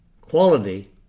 quality